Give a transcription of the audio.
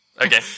Okay